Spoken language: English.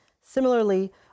Similarly